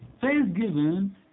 Thanksgiving